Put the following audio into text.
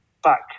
back